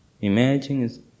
Imagine